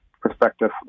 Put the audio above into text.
perspective